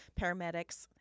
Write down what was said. Paramedics